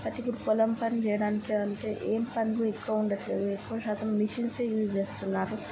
but ఇప్పుడు పొలం పనిచేయడానికి అంటే ఏం పనులు ఎక్కువ ఉండట్లేదు ఎక్కువ శాతం మెషిన్స్ ఏ యూజ్ చేస్తున్నారు